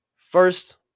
First